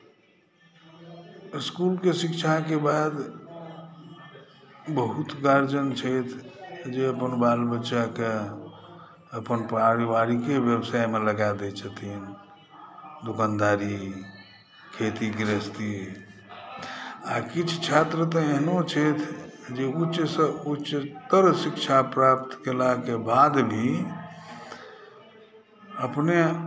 इसकुल के शिक्षाके बाद बहुत गार्जियन छथि जे अपन बाल बच्चाके अपन पारिवारिके व्यवसायमे लगाय दै छथिन दुकानदारी खेती गृहस्थी आ किछु छात्र तऽ एहनो छथि जे उच्च से उच्चतर शिक्षा प्राप्त केलाक बाद भी